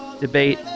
debate